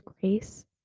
grace